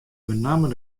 benammen